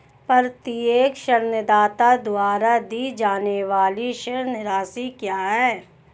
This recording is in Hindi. प्रत्येक ऋणदाता द्वारा दी जाने वाली ऋण राशि क्या है?